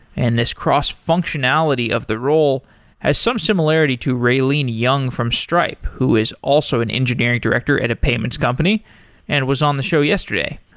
and this cross-functionality of the role has some similarity to raylene yung from stripe, who is also an engineering director at a payments company and was on the show yesterday.